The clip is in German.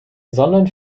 sondern